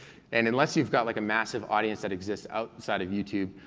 and unless you've got like a massive audience that exists outside of youtube,